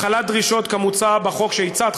החלת דרישות כמוצע בחוק שהצעת,